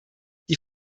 die